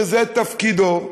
שזה תפקידו,